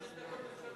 חמש דקות ראשונות.